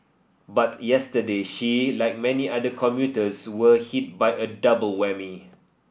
but yesterday she like many other commuters were hit by a double whammy